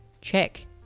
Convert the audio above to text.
Check